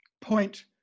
point